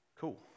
cool